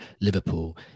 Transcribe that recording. Liverpool